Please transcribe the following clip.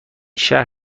شهر